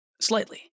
slightly